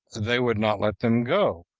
they would not let them go,